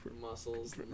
muscles